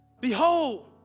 Behold